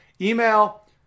email